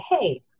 hey